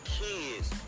kids